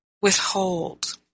withhold